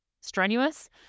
strenuous